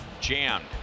Jammed